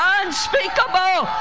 unspeakable